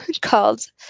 called